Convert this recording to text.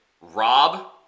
rob